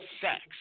sex